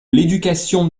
l’éducation